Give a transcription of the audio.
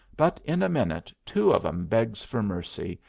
but in a minute two of em begs for mercy,